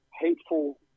hateful